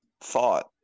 thought